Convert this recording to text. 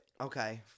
okay